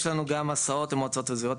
יש לנו גם הסעות למועצות אזוריות,